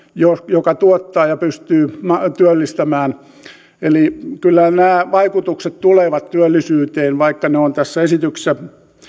joka tuottaa ja pystyy työllistämään eli kyllä nämä vaikutukset tulevat työllisyyteen vaikka ne on tässä esityksessä